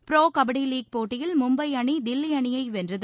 bro kabaddi league போட்டியில் மும்பை அணி தில்லி அணியை வென்றது